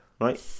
Right